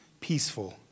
peaceful